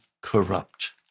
corrupt